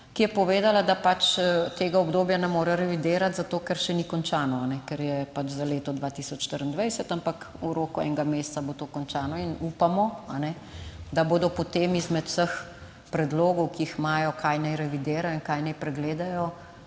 ki je povedala, da pač tega obdobja ne more revidirati, zato, ker še ni končano, ker je pač za leto 2024, ampak v roku enega meseca bo to končano in upamo, da bodo potem izmed vseh predlogov, ki jih imajo, kaj naj revidirajo in kaj naj pregledajo,